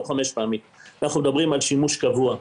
אנחנו מדברים על שימוש קבוע.